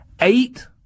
Eight